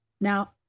Now